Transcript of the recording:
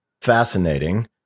fascinating